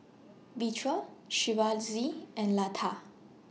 Vedre Shivaji and Lata